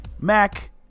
Mac